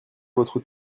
votre